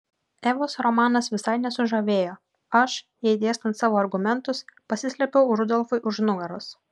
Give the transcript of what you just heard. evos romanas visai nesužavėjo aš jai dėstant savo argumentus pasislėpiau rudolfui už nugaros